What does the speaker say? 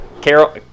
Carol